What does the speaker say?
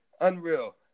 unreal